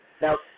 Now